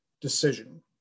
decision